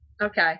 Okay